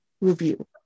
review